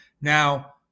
Now